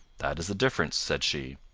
that is the difference, said she.